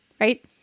right